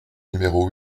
numéro